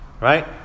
right